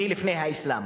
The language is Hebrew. שהיא לפני האסלאם,